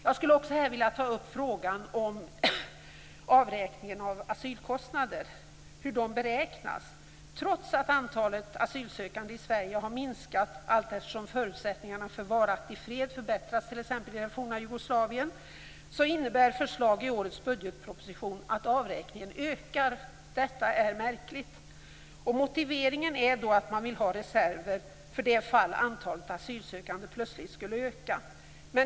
Jag skulle här vilja ta upp frågan om beräkningen av asylkostnader. Trots att antalet asylsökande i Sverige har minskat allteftersom t.ex. förutsättningarna för en varaktig fred i det forna Jugoslavien förbättras innebär förslag i årets budgetproposition att avräkningen ökar. Detta är märkligt. Motiveringen är att man vill ha reserver för det fall att antalet asylsökande plötsligt skulle öka.